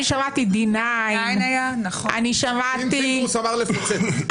אני שמעתי D-9. פינדרוס אמר לפוצץ.